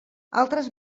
altres